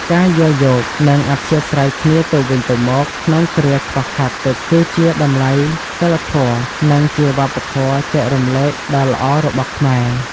ការយល់យោគ និងអធ្យាស្រ័យគ្នាទៅវិញទៅមកក្នុងគ្រាខ្វះខាតទឹកគឺជាតម្លៃសីលធម៌ និងជាវប្បធម៌ចែករំលែកដ៏ល្អរបស់ខ្មែរ។